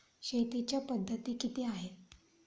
शेतीच्या पद्धती किती आहेत?